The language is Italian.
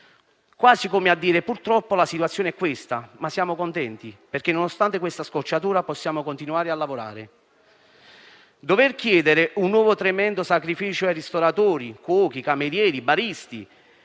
quasi come a dire: «Purtroppo la situazione è questa, ma siamo contenti, perché nonostante questa scocciatura possiamo continuare a lavorare». Dover chiedere un nuovo tremendo sacrificio a ristoratori, cuochi, camerieri, baristi